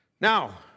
Now